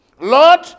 Lord